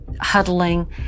huddling